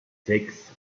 sechs